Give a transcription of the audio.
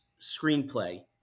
screenplay